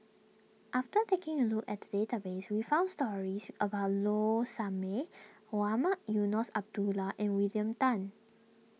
after taking a look at the database we found stories about Low Sanmay Mohamed Eunos Abdullah and William Tan